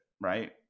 right